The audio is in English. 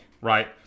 right